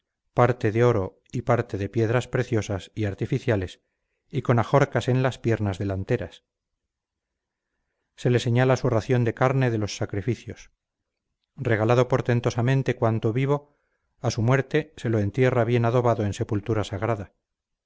parte de oro y parte de piedras preciosas y artificiales y con ajorcas en las piernas delanteras se le señala su ración de carne de los sacrificios regalado portentosamente cuando vivo a su muerte se lo entierra bien adobado en sepultura sagrada